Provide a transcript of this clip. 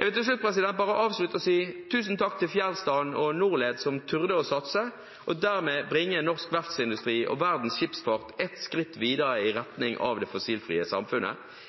Jeg vil bare avslutte med å si tusen takk til Fjellstrand og Norled som turte å satse og dermed bringe norsk verftsindustri og verdens skipsfart ett skritt videre i retning av det fossilfrie samfunnet.